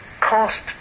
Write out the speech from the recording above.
cost